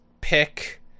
pick